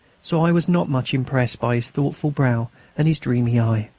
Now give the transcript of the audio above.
so i was not much impressed by his thoughtful brow and his dreamy eye.